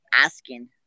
asking